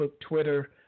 Twitter